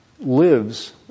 lives